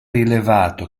rilevato